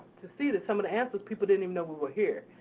to see that some of the answers, people didn't even know we were here.